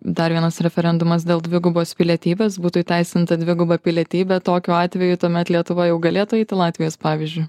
dar vienas referendumas dėl dvigubos pilietybės būtų įteisinta dviguba pilietybė tokiu atveju tuomet lietuva jau galėtų eiti latvijos pavyzdžiu